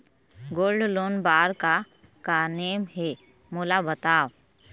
Gold loan बार का का नेम हे, मोला बताव?